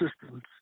systems